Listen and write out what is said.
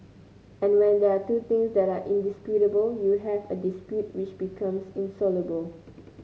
and when there are two things that are indisputable you have a dispute which becomes insoluble